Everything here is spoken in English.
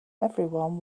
everyone